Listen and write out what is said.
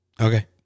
Okay